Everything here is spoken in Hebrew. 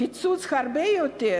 פיצוץ הרבה יותר